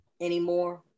anymore